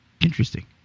Interesting